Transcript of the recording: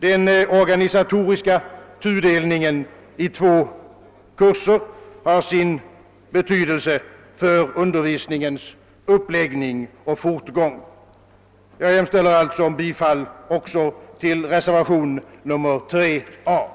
Den organisatoriska tudelningen i två kurser har sin betydelse för undervisningens uppläggning och fortgång. Herr talman! Jag hemställer slutligen också om bifall till reservationen 3 a.